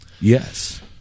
yes